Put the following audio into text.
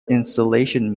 installation